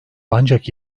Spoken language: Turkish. ancak